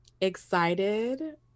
excited